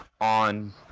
on